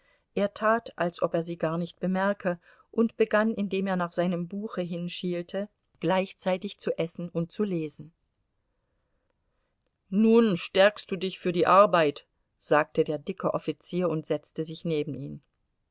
er tat als ob er sie gar nicht bemerke und begann indem er nach seinem buche hinschielte gleichzeitig zu essen und zu lesen nun stärkst du dich für die arbeit sagte der dicke offizier und setzte sich neben ihn